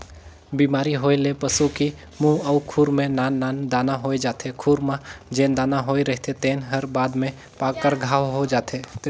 बेमारी होए ले पसू की मूंह अउ खूर में नान नान दाना होय जाथे, खूर म जेन दाना होए रहिथे तेन हर बाद में पाक कर घांव हो जाथे